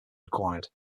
required